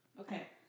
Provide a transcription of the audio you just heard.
Okay